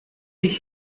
ich